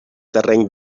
terreny